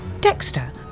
Dexter